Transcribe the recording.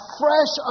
fresh